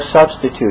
substitute